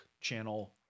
channel